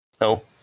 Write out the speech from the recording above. No